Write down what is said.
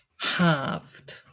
halved